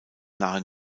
nahe